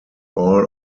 all